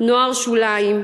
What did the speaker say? נוער שוליים,